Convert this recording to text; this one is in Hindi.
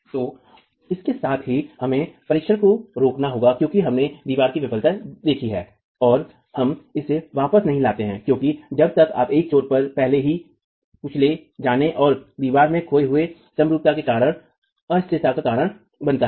तो इसके साथ ही हमें परीक्षण को रोकना होगा क्योंकि हमने दीवार में विफलता देखी है और हम इसे वापस नहीं लाते हैं क्योंकि तब यह एक छोर पर पहले से ही कुचले जाने और दीवार में खोए हुए समरूपता के कारण अस्थिरता का कारण बनता है